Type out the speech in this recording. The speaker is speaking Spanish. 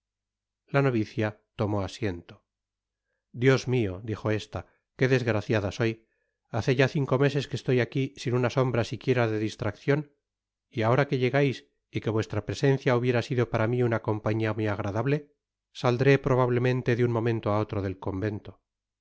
la novicia tomó asiento dios mio dijo esta que desgraciada soy hace ya cinco meses que estoy aqui sin una sombra siquiera de distraccion y ahora que llegais y que vuestra presencia hubiera sido para mi una compañia muy agradable saldré probablemente de un momento á otro del convento